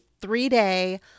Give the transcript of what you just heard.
three-day